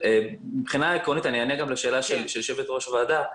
מבחינה עקרונית אני אענה גם לשאלה של יושבת-ראש הוועדה,